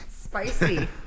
spicy